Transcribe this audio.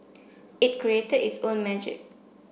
it created its own magic